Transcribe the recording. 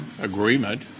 agreement